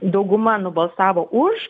dauguma nubalsavo už